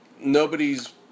Nobody's